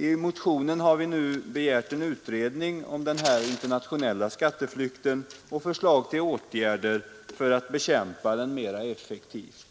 I motionen har vi begärt en utredning om denna internationella skatteflykt och förslag till åtgärder för att bekämpa den mera effektivt.